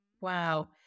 Wow